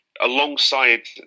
alongside